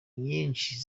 nyinshi